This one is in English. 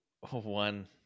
one